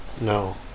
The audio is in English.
no